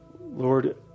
Lord